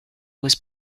was